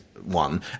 one